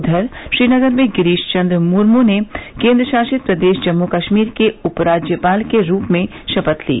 उधर श्रीनगर में गिरीश चन्द्र मुर्मू ने केन्द्रशासित प्रदेश जम्मू कश्मीर के उपराज्यपाल के रूप में शपथ ली